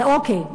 אז אוקיי,